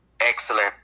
Excellent